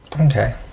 Okay